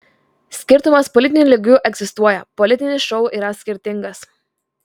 skirtumas politiniu lygiu egzistuoja politinis šou yra skirtingas